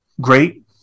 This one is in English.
great